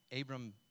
Abram